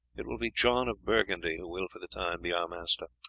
it will be john of burgundy who will, for the time, be our master.